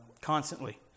constantly